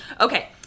Okay